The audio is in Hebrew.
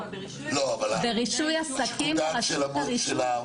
לא, שיקול דעת של העיריה בלבד.